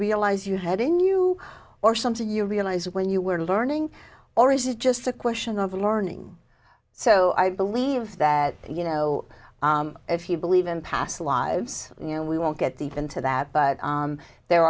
realize you had in you or some to you realize when you were learning or is it just a question of learning so i believe that you know if you believe in past lives you know we won't get the into that but there